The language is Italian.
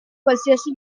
qualsiasi